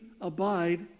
abide